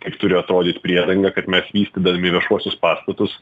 kaip turi atrodyt priedanga kad mes vystydami viešuosius pastatus